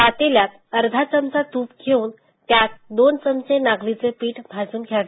पातेल्यात अर्धा चमचा तूप घेऊन त्यात दोन चमचे नागलीचे पीठ भाजून घ्यावे